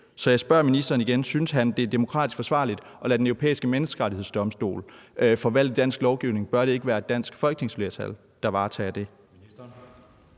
Så jeg spørger ministeren igen: Synes han, det er demokratisk forsvarligt at lade Den Europæiske Menneskerettighedsdomstol forvalte dansk lovgivning? Bør det ikke være et dansk folketingsflertal, der varetager det?